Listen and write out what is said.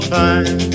time